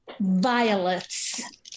Violets